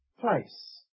place